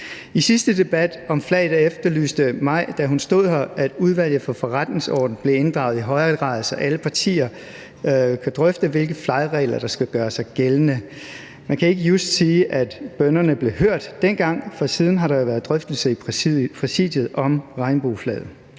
I sidste debat om flag efterlyste fru Mai Mercado, da hun stod heroppe, at Udvalget for Forretningsordenen blev inddraget i højere grad, så alle partier kunne drøfte, hvilke flagregler der skal gøre sig gældende. Man kan ikke just sige, at bønnerne blev hørt dengang, for siden har der jo været en drøftelse i Præsidiet om regnbueflaget,